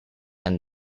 and